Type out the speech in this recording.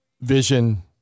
vision